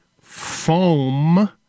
foam